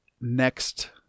next